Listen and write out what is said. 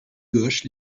gauche